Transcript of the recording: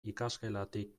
ikasgelatik